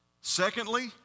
Secondly